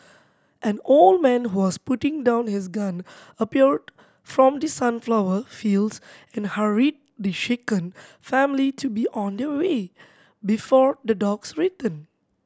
an old man who was putting down his gun appeared from the sunflower fields and hurried the shaken family to be on their way before the dogs return